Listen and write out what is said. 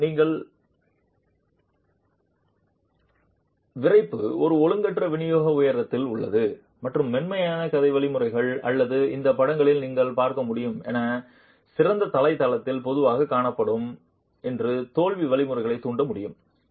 பின்னர் நீங்கள் விறைப்பு ஒரு ஒழுங்கற்ற விநியோகம் உயரத்தில் உள்ளது மற்றும் மென்மையான கதை வழிமுறைகள் அல்லது இந்த படங்களில் நீங்கள் பார்க்க முடியும் என திறந்த தரை தலத்தில் பொதுவாக காணப்படும் என்று தோல்வி வழிமுறைகள் தூண்ட முடியும்